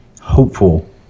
hopeful